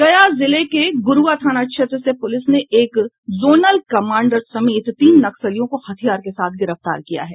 गया जिले के ग्रूआ थाना क्षेत्र से पूलिस ने एक जोनल कमांडर समेत तीन नक्सलियों को हथियार के साथ गिरफ्तार किया है